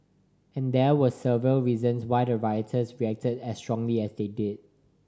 and there were several reasons why the rioters reacted as strongly as they did